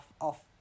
off